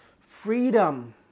Freedom